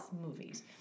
movies